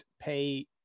pay